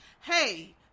hey